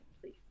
please